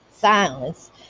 Silence